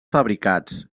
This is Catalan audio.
fabricats